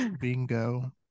Bingo